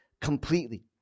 completely